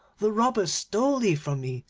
the robbers stole thee from me,